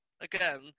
again